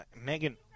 Megan